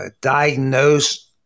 diagnose